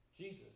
Jesus